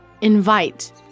Invite